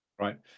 Right